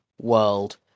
world